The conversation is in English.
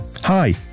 Hi